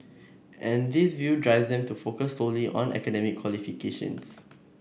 and this view drives them to focus solely on academic qualifications